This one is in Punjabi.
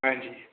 ਹਾਂਜੀ